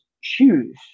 shoes